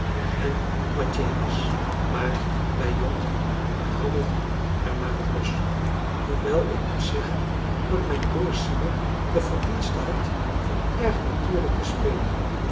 en wattier was maar wij jongeren rammelden er maar op los hoewel ik moet zeggen dat mijn broer simon de verdienste had van erg natuurlijk te spelen